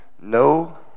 No